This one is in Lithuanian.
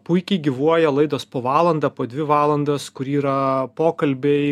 puikiai gyvuoja laidos po valandą po dvi valandas kur yra pokalbiai